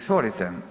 Izvolite.